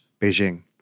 Beijing